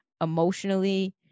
emotionally